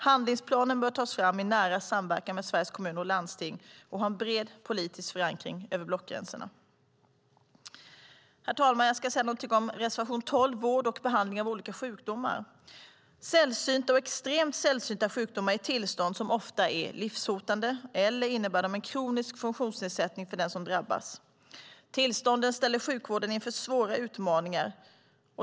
Handlingsplanen bör tas fram i nära samverkan med Sveriges Kommuner och Landsting och ha en bred politisk förankring över blockgränserna. Herr talman! Jag ska säga någonting om reservation 12 om vård och behandling av olika sjukdomar. Sällsynta och extremt sällsynta sjukdomar är tillstånd som ofta är livshotande eller innebär kronisk funktionsnedsättning för den som drabbas. Tillstånden ställer sjukvården inför svåra utmaningar.